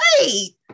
Wait